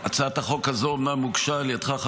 שהצעת החוק הזו אומנם הוגשה על ידך,